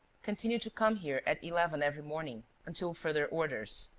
continue to come here at eleven every morning, until further orders.